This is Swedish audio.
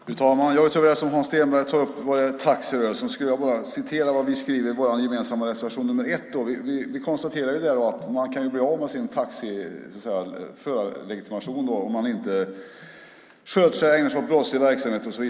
Fru talman! Precis som Hans Stenberg vill jag ta upp taxirörelsen. Jag vill ta upp det vi skriver i vår gemensamma reservation nr 1. Där konstaterar vi att man kan bli av med sin taxilegitimation om man inte sköter sig utan ägnar sig åt brottslig verksamhet.